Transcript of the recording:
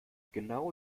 genau